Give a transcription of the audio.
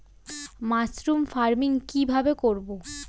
Mushroom farming কি ভাবে করব?